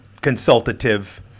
consultative